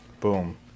boom